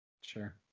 Sure